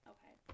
Okay